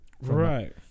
right